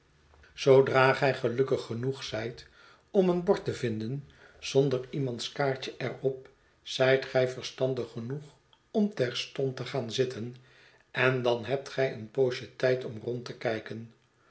zoodra gij gelukkig genoeg zijt om een bord te vinden zonder iemands kaartje er op zijt gij verstandig genoeg om terstond te gaan zitten en dan hebt gij een poosje tijd om rond te kijken